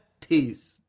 peace